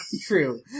true